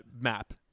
map